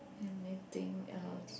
anything else